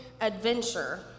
adventure